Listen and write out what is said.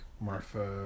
Marfa